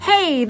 Hey